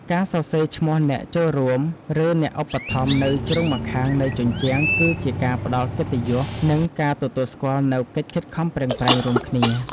ការសរសេរឈ្មោះអ្នកចូលរួម ឬអ្នកឧបត្ថម្ភនៅជ្រុងម្ខាងនៃជញ្ជាំង គឺជាការផ្ដល់កិត្តិយស និងការទទួលស្គាល់នូវកិច្ចខិតខំប្រឹងប្រែងរួមគ្នា។